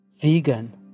vegan